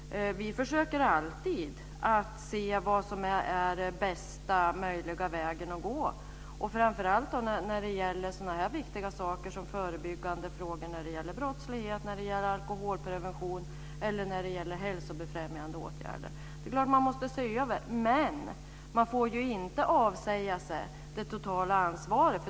Vi försöker alltid att se vilken som är den bästa möjliga vägen att gå - framför allt när det gäller så viktiga frågor som förebyggande saker för brottslighet, alkoholprevention eller hälsobefrämjande åtgärder. Det är klart att man måste se över det hela, men man får inte avsäga sig det totala ansvaret.